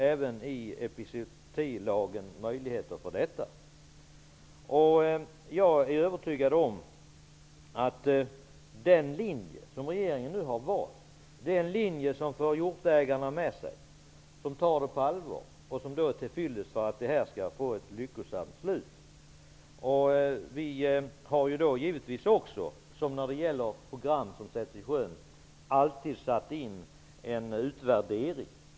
Även i epizootilagen finns möjligheter till detta. Jag är övertygad om att den linje som regeringen nu har valt är en linje som får hjortägarna med sig, som tar detta på allvar och som är till fyllest för att detta skall få ett lyckosamt slut. Vi har givetvis också -- som alltid när det gäller program som sätts i sjön -- satt in en utvärdering.